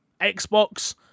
xbox